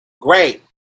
great